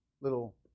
little